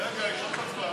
רגע, יש עוד אחת,